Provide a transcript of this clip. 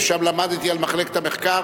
ושם למדתי על מחלקת המחקר,